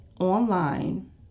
online